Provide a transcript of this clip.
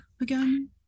again